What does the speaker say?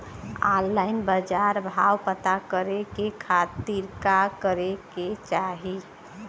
Online बाजार भाव पता करे के खाती का करे के चाही?